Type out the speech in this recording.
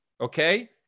Okay